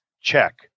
check